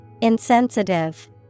Insensitive